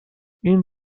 این